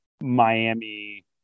Miami